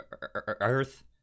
earth